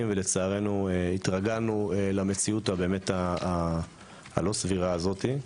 ולצערנו התרגלנו למציאות הלא-סבירה הזאת.